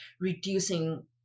reducing